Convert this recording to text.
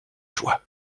joie